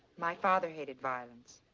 my father hated violence.